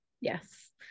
yes